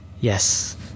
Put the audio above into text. yes